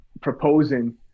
proposing